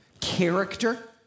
character